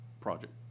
project